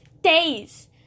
days